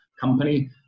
company